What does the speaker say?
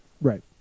right